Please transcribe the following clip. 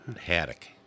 haddock